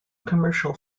commercial